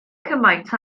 cymaint